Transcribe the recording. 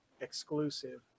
exclusive